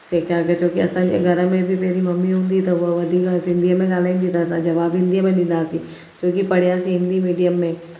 सिखी छो के असांजे घर में बि पहिरीं ममी हूंदी त हूअं वधीक सिंधअ में ॻाल्हाईंदी त असां जवाबु हिंदीअ में ॾींदा हुआसीं छोकी पढ़ियासीं हिंदी मीडियम में